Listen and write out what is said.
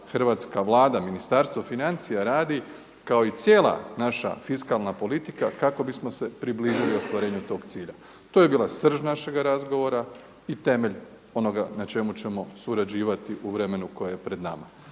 hrvatska Vlada, Ministarstvo financija radi kao i cijela naša fiskalna politika kako bismo se približili ostvarivanju tog cilja. To je bila srž našega razgovora i temelj onoga na čemu ćemo surađivati u vremenu koje je pred nama.